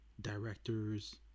directors